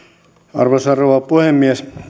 arvoisa rouva puhemies